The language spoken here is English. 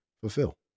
fulfill